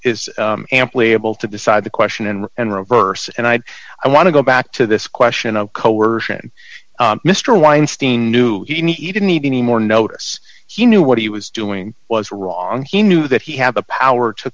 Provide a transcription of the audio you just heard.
amply able to decide the question and and reverse and i i want to go back to this question of coercion mr weinstein knew he needed need any more notice he knew what he was doing was wrong he knew that he had the power to